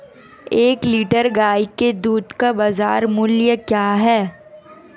एक लीटर गाय के दूध का बाज़ार मूल्य क्या है?